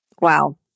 Wow